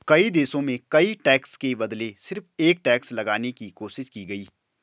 कई देशों में कई टैक्स के बदले सिर्फ एक टैक्स लगाने की कोशिश की गयी